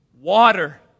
water